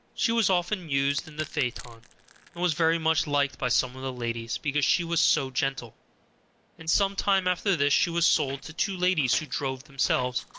she was often used in the phaeton, and was very much liked by some of the ladies, because she was so gentle and some time after this she was sold to two ladies who drove themselves,